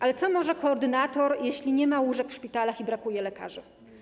Ale co może koordynator, jeśli nie ma łóżek w szpitalach i brakuje lekarzy?